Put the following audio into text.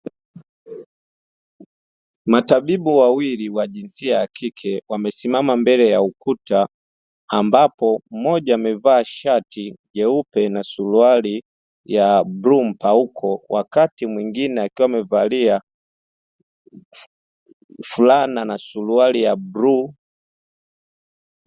Matabibu wawili wa jinsia ya kike wamesimama mbele ya ukuta ambapo mmoja amevaa shati jeupe na suruali ya bluu mpauko, wakati mwingine akiwa amevalia fulana na suruali ya bluu.